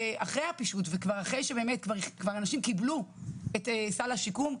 אחרי הפישוט וכבר אחרי שאנשים קיבלו את סל השיקום,